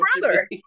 brother